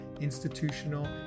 institutional